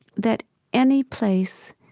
that any place,